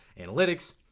analytics